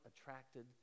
attracted